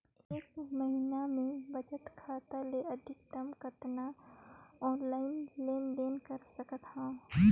एक महीना मे बचत खाता ले अधिकतम कतना ऑनलाइन लेन देन कर सकत हव?